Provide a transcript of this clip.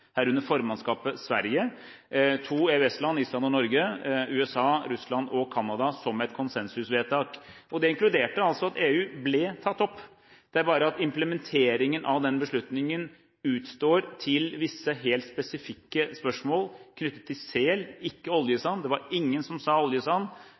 herunder formannskapet Sverige, to EØS-land, Island og Norge – og USA, Russland og Canada som et konsensusvedtak. Det inkluderte altså at EU ble tatt opp. Det er bare det at implementeringen av den beslutningen utstår med hensyn til visse helt spesifikke spørsmål knyttet til sel – ikke